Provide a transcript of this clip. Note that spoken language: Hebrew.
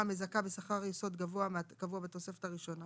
מזכה בשכר יסוד גבוה מהקבוע בתוספת הראשונה